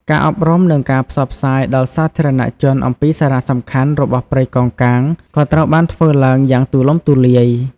ការអប់រំ និងការផ្សព្វផ្សាយដល់សាធារណជនអំពីសារៈសំខាន់របស់ព្រៃកោងកាងក៏ត្រូវបានធ្វើឡើងយ៉ាងទូលំទូលាយ។